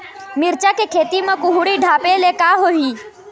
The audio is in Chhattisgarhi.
मिरचा के खेती म कुहड़ी ढापे ले का होही?